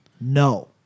No